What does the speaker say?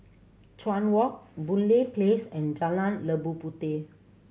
Chuan Walk Boon Lay Place and Jalan Labu Puteh